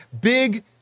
Big